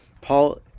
Paul